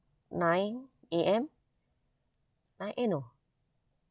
nine A_M nine eh no